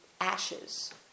ashes